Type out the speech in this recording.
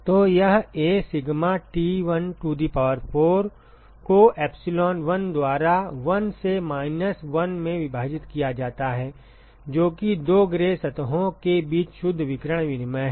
तो यह A sigma T1 to the power of 4 को epsilon1 द्वारा 1 से माइनस 1 में विभाजित किया जाता है जो कि दो ग्रे सतहों के बीच शुद्ध विकिरण विनिमय है